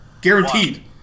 Guaranteed